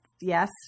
Yes